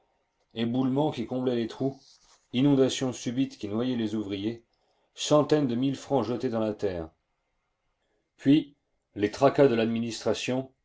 éboulements qui comblaient les trous inondations subites qui noyaient les ouvriers centaines de mille francs jetés dans la terre puis les tracas de l'administration